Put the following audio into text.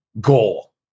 goal